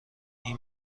این